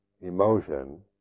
emotion